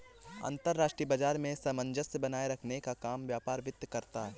अंतर्राष्ट्रीय बाजार में सामंजस्य बनाये रखने का काम व्यापार वित्त करता है